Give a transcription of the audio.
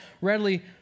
readily